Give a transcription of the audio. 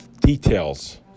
details